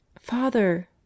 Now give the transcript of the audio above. Father